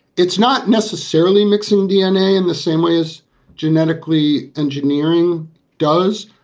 it's not necessarily mixing dna in the same way as genetically engineering does,